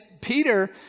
Peter